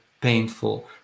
painful